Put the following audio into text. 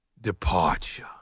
departure